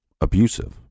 abusive